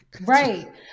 Right